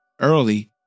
early